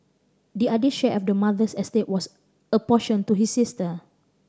the other share of the mother's estate was apportioned to his sister